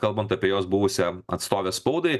kalbant apie jos buvusią atstovę spaudai